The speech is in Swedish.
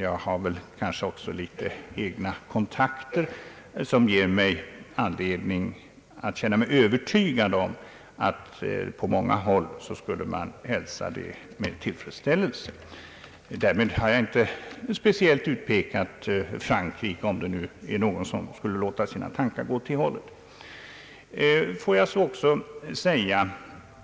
Jag har också egna kontakter som ger mig anledning känna mig övertygad om att man på många håll skulle hälsa en sådan begäran med tillfredsställelse. Därmed har jag inte speciellt utpekat Frankrike, om nu någon skulle låta sina tankar gå åt det hållet. Låt mig också säga